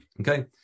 Okay